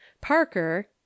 Parker